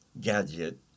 gadget